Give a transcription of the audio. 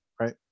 right